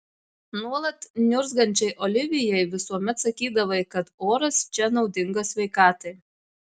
nuolat niurzgančiai olivijai visuomet sakydavai kad oras čia naudingas sveikatai